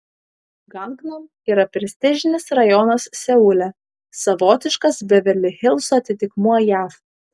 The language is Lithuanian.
gangnam yra prestižinis rajonas seule savotiškas beverli hilso atitikmuo jav